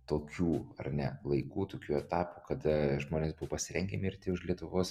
tokių ar ne laikų tokių etapų kada žmonės pasirengę mirti už lietuvos